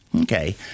Okay